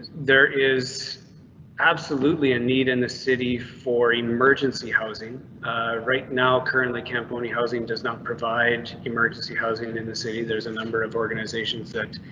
there is absolutely a need in the city for emergency housing right now. currently, camponi housing does not provide emergency housing and in the city. there's a number of organizations that.